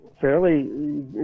fairly